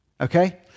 Okay